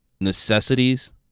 necessities